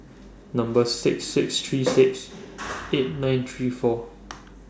Number six six three six eight nine three four